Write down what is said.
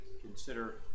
consider